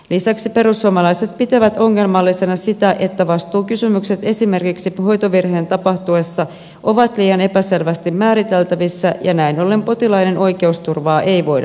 lisäksi perussuomalaiset pitävät ongelmallisena sitä että vastuukysymykset esimerkiksi hoitovirheen tapahtuessa ovat liian epäselvästi määriteltävissä ja näin ollen potilaiden oikeusturvaa ei voida taata